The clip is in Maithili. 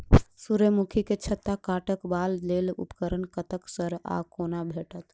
सूर्यमुखी केँ छत्ता काटबाक लेल उपकरण कतह सऽ आ कोना भेटत?